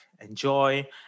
enjoy